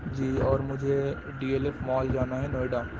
جی اور مجھے D L F mall جانا ہے نوئیڈا